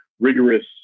rigorous